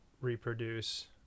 reproduce